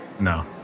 No